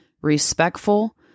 respectful